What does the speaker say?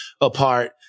apart